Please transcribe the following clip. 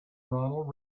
ronald